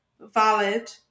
valid